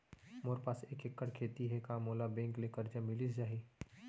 मोर पास एक एक्कड़ खेती हे का मोला बैंक ले करजा मिलिस जाही?